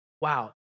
wow